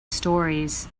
stories